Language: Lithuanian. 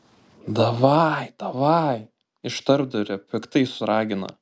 davai davaj iš tarpdurio piktai suragina